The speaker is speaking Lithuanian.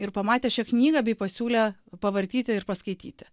ir pamatė šią knygą bei pasiūlė pavartyti ir paskaityti